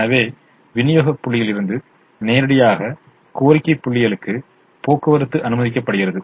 எனவே விநியோக புள்ளிகளிலிருந்து நேரடியாக கோரிக்கை புள்ளிகளுக்கு போக்குவரத்து அனுமதிக்கப்படுகிறது